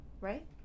Right